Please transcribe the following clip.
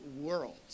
world